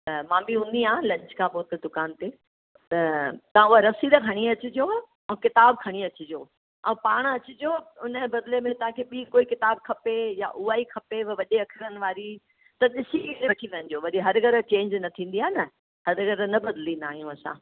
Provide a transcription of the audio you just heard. त मां बि हूंदी आहे लंच खां पोइ त दुकान ते त तव्हां उहा रसीद खणी अचिजो ऐं किताबु खणी अचिजो ऐं पाणि अचिजो हुनजे बदिले में तव्हांखे ॿीं कोई किताबु खपे या उहा ई खपेव वॾे अख़रनि वारी त ॾिसीं वठी वञिजो वरी हर गर चेंज न थींदी आहे न हर गर न बदिलींदा आहियूं असां